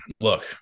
look